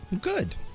good